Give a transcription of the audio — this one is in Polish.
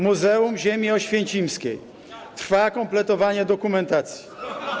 Muzeum ziemi oświęcimskiej - trwa kompletowanie dokumentacji.